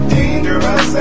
Dangerous